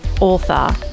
author